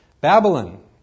Babylon